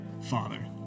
father